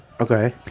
okay